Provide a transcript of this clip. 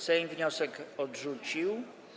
Sejm wniosek odrzucił.